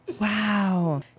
Wow